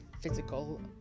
physical